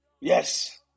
Yes